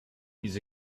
his